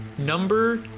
Number